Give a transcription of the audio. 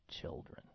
children